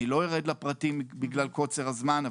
לא ארד לפרטים מקוצר הזמן.